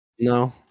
No